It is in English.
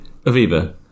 Aviva